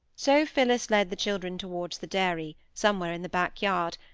so phillis led the children towards the dairy, somewhere in the back yard,